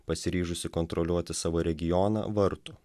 pasiryžusi kontroliuoti savo regioną vartų